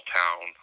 town